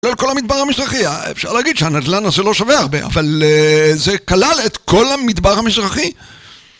כל המדבר המזרחי, אפשר להגיד שהנדלנ"ן הזה לא שווה הרבה, אבל זה כלל את כל המדבר המזרחי